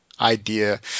idea